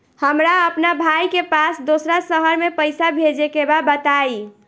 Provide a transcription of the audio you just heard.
हमरा अपना भाई के पास दोसरा शहर में पइसा भेजे के बा बताई?